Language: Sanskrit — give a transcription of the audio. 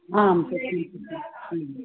हां सत्यं सत्यम्